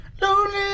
Lonely